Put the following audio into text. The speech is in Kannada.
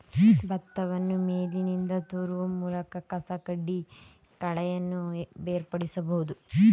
ಭತ್ತವನ್ನು ಮೇಲಿನಿಂದ ತೂರುವ ಮೂಲಕ ಕಸಕಡ್ಡಿ ಕಳೆಯನ್ನು ಬೇರ್ಪಡಿಸಬೋದು